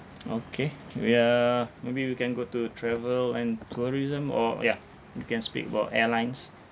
okay we uh maybe we can go to travel and tourism or ya you can speak about airlines